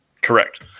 Correct